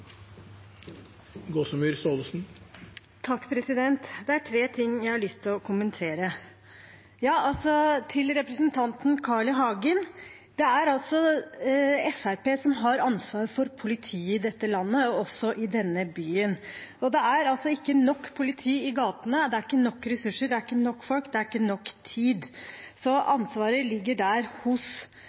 tre ting jeg har lyst til å kommentere. Til representanten Carl I. Hagen: Det er altså Fremskrittspartiet som har ansvar for politiet i dette landet, og også i denne byen. Og det er ikke nok politi i gatene, det er ikke nok ressurser, det er ikke nok folk, det er ikke nok tid. Så ansvaret ligger der – hos